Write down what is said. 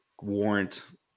warrant